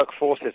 workforces